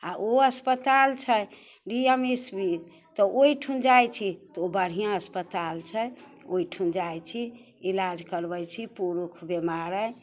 आओर ओ अस्पताल छै डी एम एस पी तऽ ओइठन जाइ छी तऽ ओ बढ़िआँ अस्पताल छै ओइठन जाइ छी इलाज करबै छी पुरुष बीमार अइ